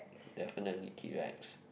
definitely T-Rex